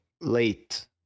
late